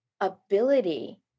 ability